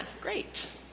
great